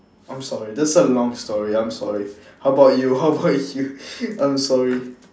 I'm sorry that's a long story I'm sorry how about you how about you I'm sorry